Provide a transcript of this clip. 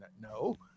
No